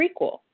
prequel